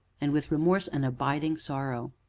and with remorse an abiding sorrow.